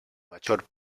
major